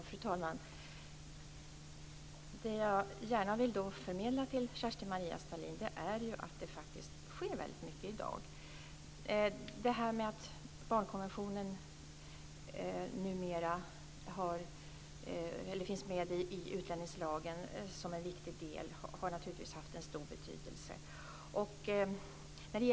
Fru talman! Det jag gärna vill förmedla till Kerstin-Maria Stalin är att det faktiskt sker väldigt mycket i dag. Detta att barnkonventionen numera finns med som en viktig del i utlänningslagen har naturligtvis haft en stor betydelse.